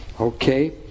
Okay